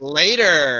later